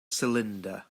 cylinder